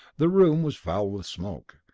the room was foul with smoke,